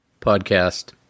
podcast